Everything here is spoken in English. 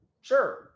Sure